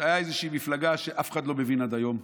שהייתה איזושהי מפלגה שאף אחד לא מבין עד היום,